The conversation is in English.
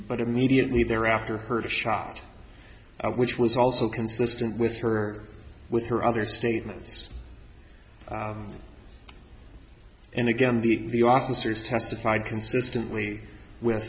but immediately thereafter heard a shot which was also consistent with her with her other statements and again the officers testified consistently w